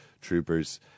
troopers